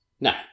no